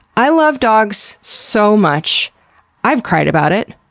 i love dogs so much i've cried about it.